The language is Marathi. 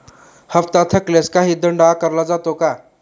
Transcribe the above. हप्ता थकल्यास काही दंड आकारला जातो का?